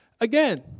again